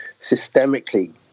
systemically